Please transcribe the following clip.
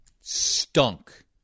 stunk